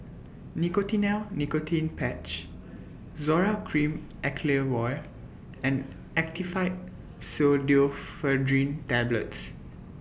Nicotinell Nicotine Patch Zoral Cream Acyclovir and Actifed Pseudoephedrine Tablets